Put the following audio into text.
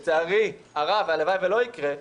אפשרי בעוד חודש, לצערי הרב, והלוואי ולא יקרה.